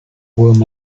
worm